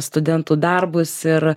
studentų darbus ir